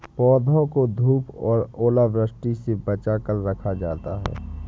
पौधों को धूप और ओलावृष्टि से बचा कर रखा जाता है